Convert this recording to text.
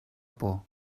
por